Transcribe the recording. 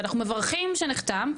ואנחנו מברכים שנחתם,